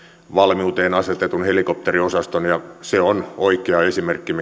valmiuteen asetetun helikopteriosaston ja se on oikea esimerkki